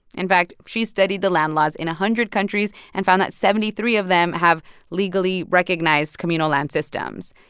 in fact, she's studied the land laws in a hundred countries and found that seventy three of them have legally recognized communal land systems.